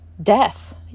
death